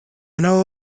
know